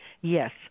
yes